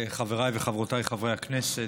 חבריי וחברותיי חברי הכנסת,